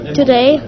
today